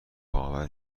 باور